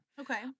okay